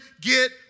get